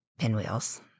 Pinwheels